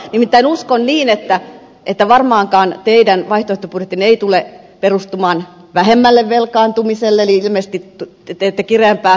nimittäin uskon niin että varmaankaan teidän vaihtoehtobudjettinne ei tule perustumaan vähemmälle velkaantumiselle eli ilmeisesti te teette kireämpää taloudenpitoa kuin hallitus